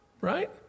right